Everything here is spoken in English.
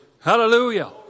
Hallelujah